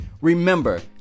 Remember